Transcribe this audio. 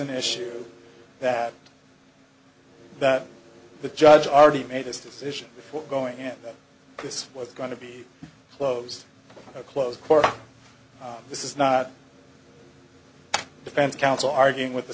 an issue that that the judge already made his decision before going in that this was going to be closed a closed court this is not defense counsel arguing with the